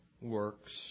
works